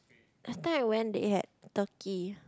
last time I went they had turkey